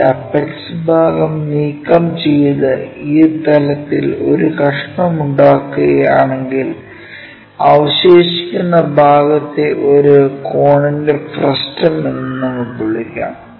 ഈ അപ്പക്സ് ഭാഗം നീക്കംചെയ്ത് ഈ തലത്തിൽ ഒരു കഷ്ണം ഉണ്ടാക്കുകയാണെങ്കിൽ അവശേഷിക്കുന്ന ഭാഗത്തെ ഒരു കോണിന്റെ ഫ്രസ്റ്റം എന്ന് നമുക്ക് വിളിക്കാം